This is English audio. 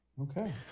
Okay